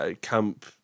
Camp